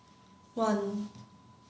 one